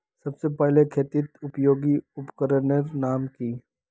सबसे पहले खेतीत उपयोगी उपकरनेर नाम की?